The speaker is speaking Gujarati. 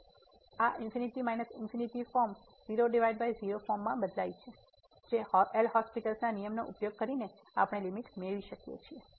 તેથી આ ∞∞ ફોર્મ 00 ફોર્મ માં બદલાય છે જે એલહોસ્પિટલL'hospital's ના નિયમનો ઉપયોગ કરીને આપણે લીમીટ મેળવી શકીએ છીએ